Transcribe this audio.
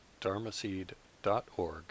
dharmaseed.org